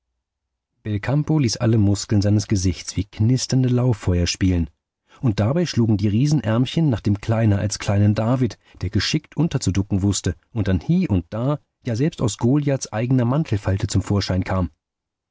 belcampo ließ alle muskeln seines gesichts wie knisternde lauffeuer spielen und dabei schlugen die riesenärmchen nach dem kleiner als kleinen david der geschickt unterzuducken wußte und dann hie und da ja selbst aus goliaths eigner mantelfalte zum vorschein kam